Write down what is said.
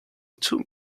too